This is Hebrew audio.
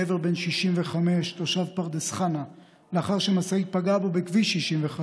גבר בן 65 תושב פרדס חנה לאחר שמשאית פגעה בו בכביש 65,